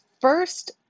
first